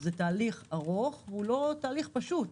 זה תהליך ארוך ולא פשוט,